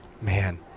man –